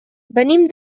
venim